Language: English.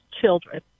children